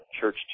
church